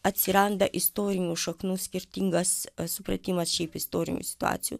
atsiranda istorinių šaknų skirtingas supratimas šiaip istorinių situacijų